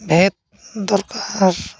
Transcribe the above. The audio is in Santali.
ᱵᱷᱮᱫ ᱫᱚᱨᱠᱟᱨ